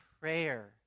prayer